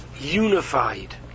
unified